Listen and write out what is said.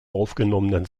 aufgenommenen